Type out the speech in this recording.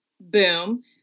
boom